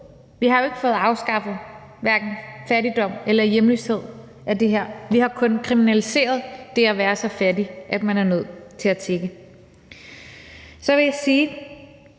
Vi har jo hverken fået afskaffet fattigdom eller hjemløshed af det her. Vi har kun kriminaliseret det at være så fattig, at man er nødt til at tigge. Så vil jeg i